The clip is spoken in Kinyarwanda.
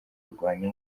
kurwanya